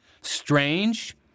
Strange